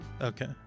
Okay